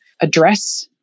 address